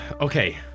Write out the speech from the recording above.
Okay